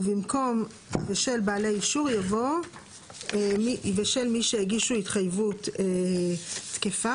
ובמקום "ושל בעלי אישור" יבוא "ושל מי שהגישו התחייבות תקפה"